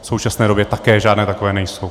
V současné době také žádné takové nejsou.